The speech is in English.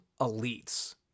elites